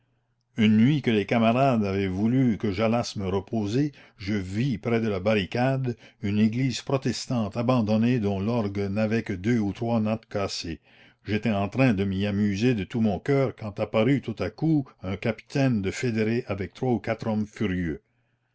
une nuit que les camarades avaient voulu que j'allasse me reposer je vis près de la barricade une église protestante abandonnée dont l'orgue n'avait que deux ou trois notes cassées j'étais en train de m'y amuser de tout mon cœur quand apparut tout à coup un capitaine de fédérés avec trois ou quatre hommes furieux